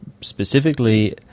specifically